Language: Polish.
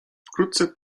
wkrótce